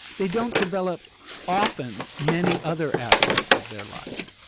they don't develop often many other aspects of their life,